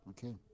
Okay